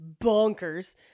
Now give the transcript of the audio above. bonkers